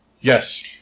Yes